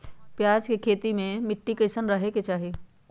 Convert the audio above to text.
प्याज के खेती मे मिट्टी कैसन रहे के चाही?